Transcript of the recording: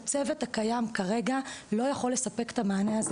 הצוות הקיים כרגע לא יוכל לספק את המענה הזה.